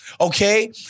okay